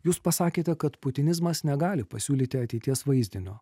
jūs pasakėte kad putinizmas negali pasiūlyti ateities vaizdinio